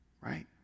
right